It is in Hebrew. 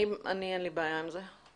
אין לי בעיה עם זה.